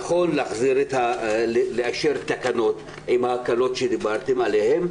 נכון לאשר תקנות עם ההקלות שדיברתם עליהן,